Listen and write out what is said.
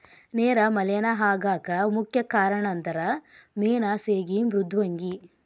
ನೇರ ಮಲೇನಾ ಆಗಾಕ ಮುಖ್ಯ ಕಾರಣಂದರ ಮೇನಾ ಸೇಗಿ ಮೃದ್ವಂಗಿ